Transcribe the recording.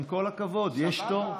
עם כל הכבוד, יש תור.